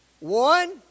One